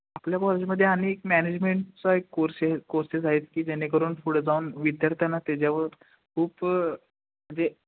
आपल्या कॉलेजमध्ये आणि एक मॅनेजमेंटचा एक कोर्स आहे कोर्सेस आहेत की जेणेकरून पुढं जाऊन विद्यार्थ्यांना तेच्यावर खूप म्हणजे